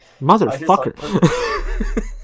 Motherfucker